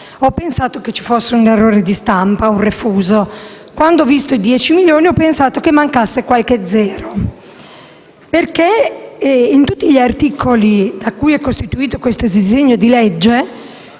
ho pensato che ci fosse un errore di stampa, un refuso. Quando ho letto la cifra di 10 milioni ho pensato che mancasse qualche zero, perché in tutti gli articoli di cui il disegno di legge